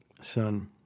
Son